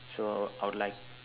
so I'd like